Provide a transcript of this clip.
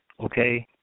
Okay